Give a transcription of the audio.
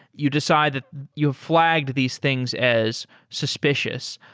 you decide that you've flagged these things as suspicious.